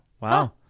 Wow